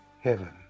Heaven